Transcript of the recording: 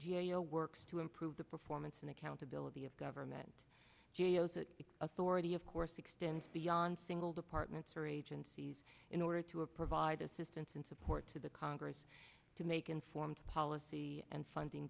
o works to improve the performance and accountability of government g a o to its authority of course extends beyond single departments or agencies in order to a provide assistance and support to the congress to make informed policy and funding